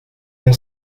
mon